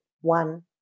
one